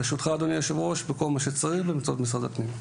לרשותך אדוני היושב-ראש וכל מה שצריך במשרד הפנים.